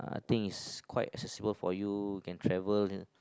thing is quite accessible for you can travel then